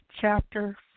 Chapter